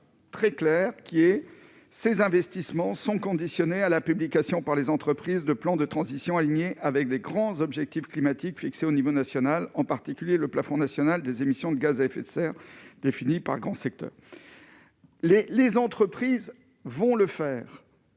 très clair qui est, ces investissements sont conditionnés à la publication par les entreprises de plan de transition alignés avec les grands objectifs climatiques fixés au niveau national, en particulier le plafond national des émissions de gaz à effet de serre définis par grands secteurs, les entreprises vont le faire.